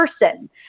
person